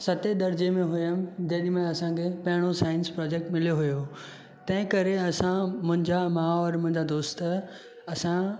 सतें दर्जे में हुयमि जेॾीमहिल असांखे पहिरियों साइंस प्रोजेक्ट मिलियो हुयो तंहिं करे असां मुंहिंजा माउ और मुंहिंजा दोस्त असां